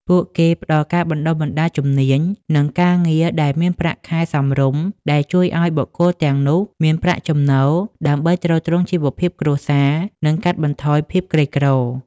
ពួកគេផ្តល់ការបណ្តុះបណ្តាលជំនាញ និងការងារដែលមានប្រាក់ខែសមរម្យ ដែលជួយឲ្យបុគ្គលទាំងនោះមានប្រាក់ចំណូល ដើម្បីទ្រទ្រង់ជីវភាពគ្រួសារ និងកាត់បន្ថយភាពក្រីក្រ។